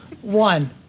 one